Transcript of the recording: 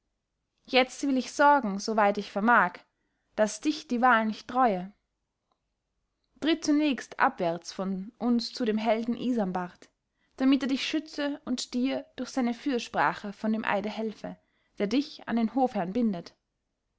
jetzt will ich sorgen soweit ich vermag daß dich die wahl nicht reue tritt zunächst abwärts von uns zu dem helden isanbart damit er dich schütze und dir durch seine fürsprache von dem eide helfe der dich an den hofherrn bindet